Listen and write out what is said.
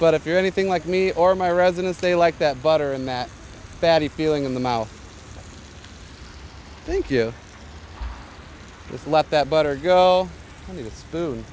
but if you're anything like me or my residents they like that butter and that fatty feeling in the mouth think you just let that butter go t